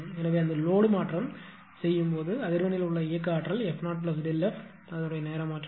எனவே அந்த லோடு மாற்றம் செய்யப்படும்போது அதிர்வெண்ணில் உள்ள இயக்க ஆற்றல் f 0Δf நேரமாற்றம்